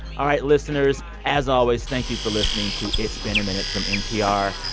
all right, listeners. as always, thank you for listening to it's been a minute from npr.